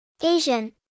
Asian